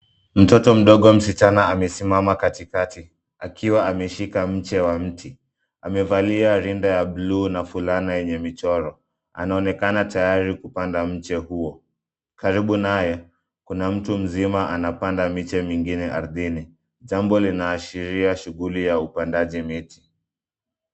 Mtoto mdogo msichana amesimama katikati akiwa ameshika miche wa mti amevalia rinda ya buluu na fulana yenye michoro anaonekana tayari kupanda miche huo. Karibu naye kuna mtu mzima anapanda miche mingine ardhini. Jambo linaashiria shughuli ya upandaji miti.